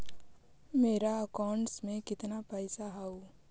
मेरा अकाउंटस में कितना पैसा हउ?